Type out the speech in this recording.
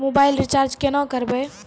Mobile recharge केना करबै?